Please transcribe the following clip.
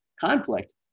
conflict